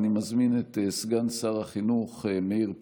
אני מזמין את סגן שר החינוך מאיר פרוש.